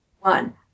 one